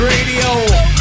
Radio